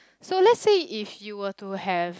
so let say if you were to have